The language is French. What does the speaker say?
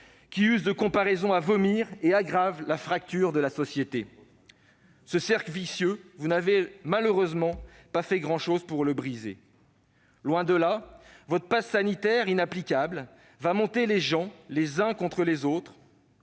qui usent de comparaisons à vomir et accentuent les fractures de la société. Ce cercle vicieux, vous n'avez malheureusement pas fait grand-chose pour le rompre, loin de là. Votre passe sanitaire, inapplicable, montera les gens les uns contre les autres.